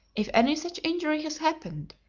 if any such injury has happened,